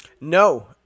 No